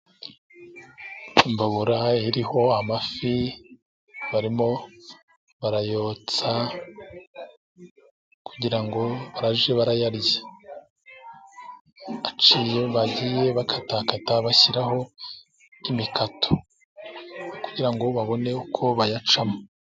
Imbabura iriho amafi, barimo barayotsa, kugira ngo bajye bayarya. Bagiye bayatakakatamo imikato, kugirango babone uko bayacamo.